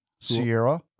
Sierra